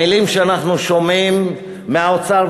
המילים שאנחנו שומעים מהאוצר,